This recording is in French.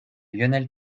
lionel